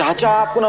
ah job